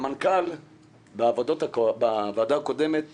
המנכ"ל בוועדה הקודמת